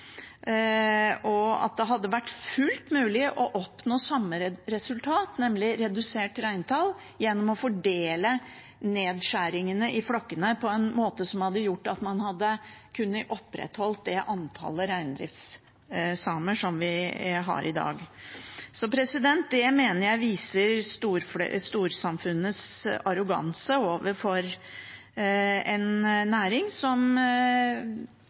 problemet på. Det hadde vært fullt mulig å oppnå samme resultat, nemlig redusert reintall, gjennom å fordele nedskjæringene i flokkene på en måte som hadde gjort at man hadde kunnet opprettholde det antallet reindriftssamer som vi har i dag. Jeg mener dette viser storsamfunnets arroganse overfor en næring som